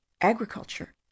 agriculture